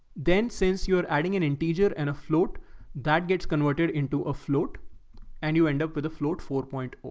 then since you're adding an integer and a float that gets converted into a float and you end up with a float four point